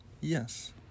yes